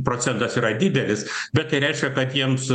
procentas yra didelis bet tai reiškia kad jiems